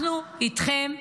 אנחנו איתכם,